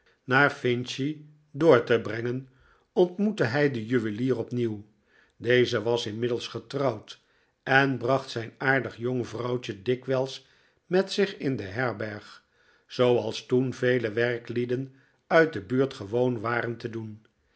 naar finchley door te brengen ontmoette hij den juwelier opnieuw deze was inmiddels getrouwd en bracht zijn aardig jong vrouwtje dikwijls met zich in de herberg zooals toen vele werklieden uit de buurt gewoon waren te doen